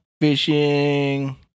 Fishing